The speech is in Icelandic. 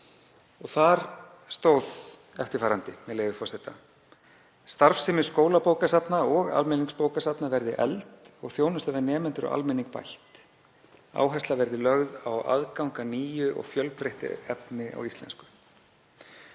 Þar stóð eftirfarandi, með leyfi forseta: „Starfsemi skólabókasafna og almenningsbókasafna verði efld og þjónusta við nemendur og almenning bætt. Áhersla verði lögð á aðgang að nýju og fjölbreyttu efni á íslensku.“